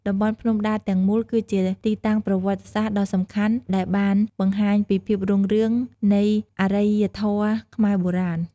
តំបន់ភ្នំដាទាំងមូល គឺជាទីតាំងប្រវត្តិសាស្ត្រដ៏សំខាន់ដែលបានបង្ហាញពីភាពរុងរឿងនៃអរិយធម៌ខ្មែរបុរាណ។